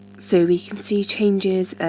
so we can see changes,